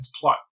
plot